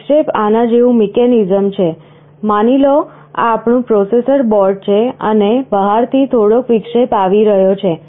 વિક્ષેપ આના જેવું મિકેનિઝમ છે માની લો આ આપણું પ્રોસેસર બોર્ડ છે અને બહારથી થોડોક વિક્ષેપ આવી રહ્યો છે